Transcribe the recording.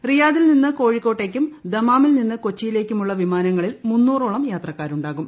റിയാദിൽ നിന്ന് കോഴിക്കോട്ടേക്കും ദമാമിൽ നിന്ന് കൊച്ചിയിലേക്കുമുള്ള വിമാനങ്ങളിൽ മുന്നൂറോളം യാത്രക്കാരുണ്ടാകും